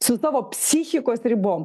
su savo psichikos ribom